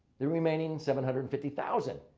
the remaining seven hundred and fifty thousand.